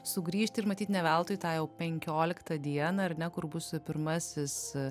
sugrįžti ir matyt ne veltui tą jau penkioliktą dieną ar ne kur bus pirmasis